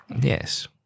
Yes